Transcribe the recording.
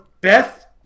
Beth